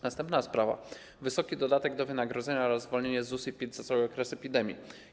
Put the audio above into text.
Następna sprawa: wysoki dodatek do wynagrodzenia oraz zwolnienie z ZUS na cały okres epidemii.